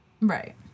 Right